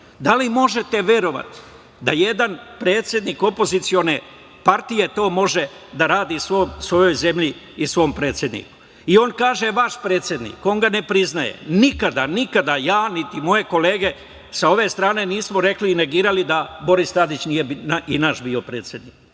li možete verovati da jedan predsednik opozicione partije to može da radi svojoj zemlji i svom predsedniku? I on kaže - vaš predsednik, on ga ne priznaje. Nikada, nikada, ja niti moje kolege sa ove strane nismo rekli i negirali da Boris Tadić nije i naš bio predsednik.